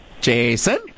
Jason